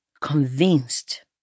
convinced